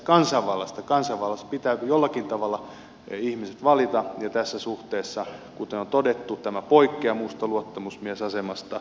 kansanvallassa pitää jollakin tavalla ne ihmiset valita ja tässä suhteessa kuten on todettu tämä poikkeaa muusta luottamusmiesasemasta